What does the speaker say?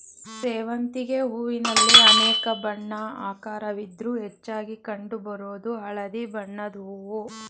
ಸೇವಂತಿಗೆ ಹೂವಿನಲ್ಲಿ ಅನೇಕ ಬಣ್ಣ ಆಕಾರವಿದ್ರೂ ಹೆಚ್ಚಾಗಿ ಕಂಡು ಬರೋದು ಹಳದಿ ಬಣ್ಣದ್ ಹೂವು